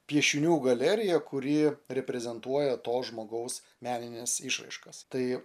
piešinių galerija kuri reprezentuoja to žmogaus menines išraiškas tai